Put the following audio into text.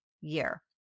year